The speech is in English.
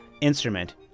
instrument